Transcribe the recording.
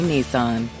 Nissan